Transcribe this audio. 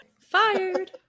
Fired